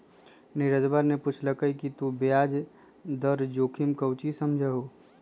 नीरजवा ने पूछल कई कि तू ब्याज दर जोखिम से काउची समझा हुँ?